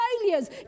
failures